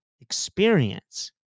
experience